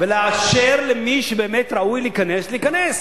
ולאפשר למי שבאמת ראוי להיכנס, להיכנס.